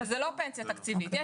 זה לא פנסיה תקציבית.